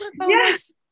Yes